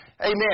Amen